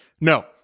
No